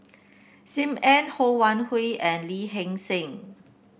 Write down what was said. Sim Ann Ho Wan Hui and Lee Hee Seng